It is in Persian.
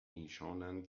ایشانند